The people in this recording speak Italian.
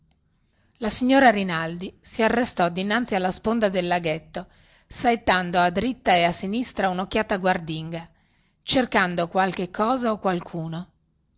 la signora rinaldi si arrestò dinanzi alla sponda del laghetto saettando a dritta e a sinistra unocchiata guardinga cercando qualche cosa o qualcuno